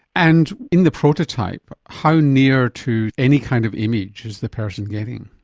and in the prototype, how near to any kind of image is the person getting?